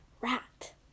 rat